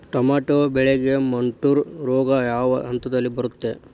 Tomato ಬೆಳೆಗೆ ಮುಟೂರು ರೋಗ ಯಾವ ಹಂತದಲ್ಲಿ ಬರುತ್ತೆ?